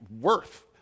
worth